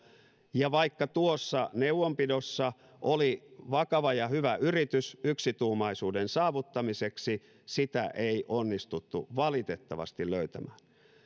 ja vaikka tuossa neuvonpidossa oli vakava ja hyvä yritys yksituumaisuuden saavuttamiseksi sitä ei onnistuttu valitettavasti löytämään